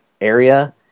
area